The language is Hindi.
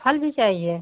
फल भी चाहिए